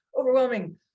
overwhelming